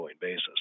basis